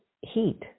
heat